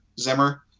Zimmer